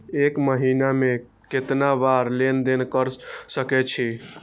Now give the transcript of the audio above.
एक महीना में केतना बार लेन देन कर सके छी?